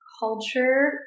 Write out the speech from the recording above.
culture